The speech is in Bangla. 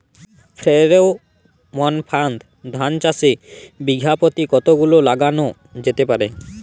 ফ্রেরোমন ফাঁদ ধান চাষে বিঘা পতি কতগুলো লাগানো যেতে পারে?